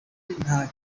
nta